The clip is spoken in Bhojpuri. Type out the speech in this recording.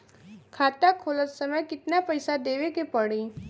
खाता खोलत समय कितना पैसा देवे के पड़ी?